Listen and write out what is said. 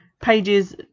Pages